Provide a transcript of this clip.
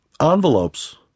envelopes